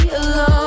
alone